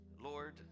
Lord